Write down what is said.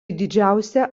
didžiausia